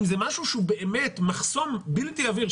אם זה משהו שהוא באמת מחסום בלתי עביר,